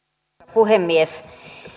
puhemies